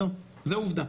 זה עובדה.